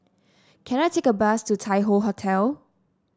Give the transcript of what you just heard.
can I take a bus to Tai Hoe Hotel